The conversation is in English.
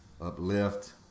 uplift